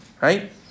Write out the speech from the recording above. right